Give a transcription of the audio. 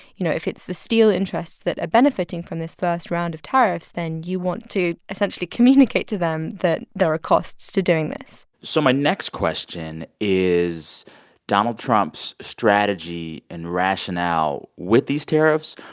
you know, if it's the steel interests that are benefiting from this first round of tariffs, then you want to essentially communicate to them that there are costs to doing this so my next question is donald trump's strategy and rationale with these tariffs.